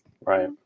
Right